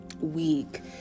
week